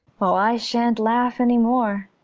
oh, i shan't laugh any more.